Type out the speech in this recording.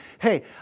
hey